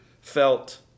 felt